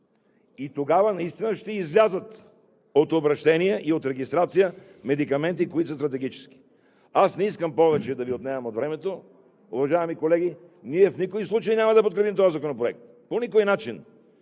и тогава наистина ще излязат от обращение и от регистрация медикаменти, които са стратегически. Аз не искам повече да Ви отнемам от времето, уважаеми колеги! Ние в никакъв случай няма да подкрепим този законопроект, по никакъв начин!